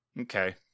Okay